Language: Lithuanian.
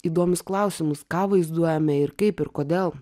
įdomius klausimus ką vaizduojame ir kaip ir kodėl